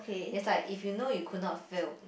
is like if you know you could not fail